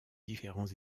différents